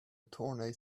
attorney